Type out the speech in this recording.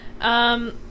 Um-